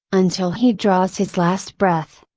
until he draws his last breath.